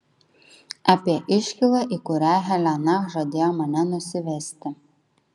apie iškylą į kurią helena žadėjo mane nusivesti